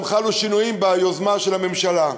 וגם חלו שינויים ביוזמה של הממשלה.